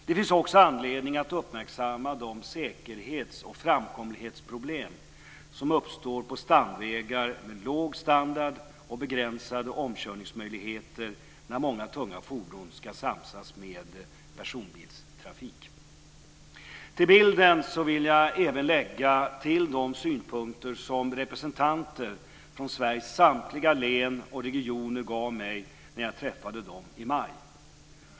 Det finns också anledning att uppmärksamma de säkerhets och framkomlighetsproblem som uppstår på stamvägar med låg standard och begränsade omkörningsmöjligheter när många tunga fordon ska samsas med personbilstrafik. Till bilden vill jag även lägga till de synpunkter som representanter från Sveriges samtliga län och regioner delgav mig när jag träffade dem i maj.